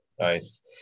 Nice